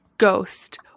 ghost